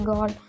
God